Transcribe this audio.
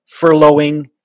furloughing